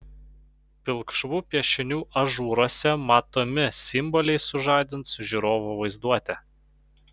pilkšvų piešinių ažūruose matomi simboliai sužadins žiūrovo vaizduotę